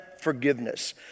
forgiveness